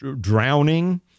drowning